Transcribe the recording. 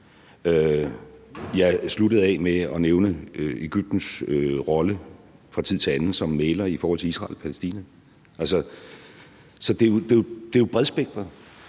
Jeg sluttede af med at nævne Egyptens rolle fra tid til anden som mægler i forhold til Israel og Palæstina. Så det er jo bredspektret.